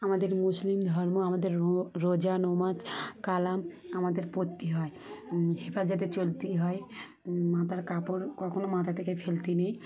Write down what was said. আমাদের মুসলিম ধর্ম আমাদের রোজা নামাজ কালাম আমাদের পড়তে হয় হেফাজতে চলতে হয় মাথার কাপড় কখনও মাথা থেকে ফেলতে নেই